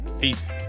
Peace